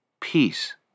peace